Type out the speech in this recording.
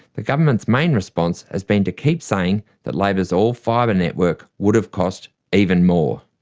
the government's main response has been to keep saying that labor's all-fibre network would have cost even more.